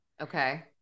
Okay